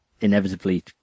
inevitably